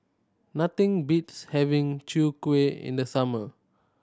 nothing beats having Chwee Kueh in the summer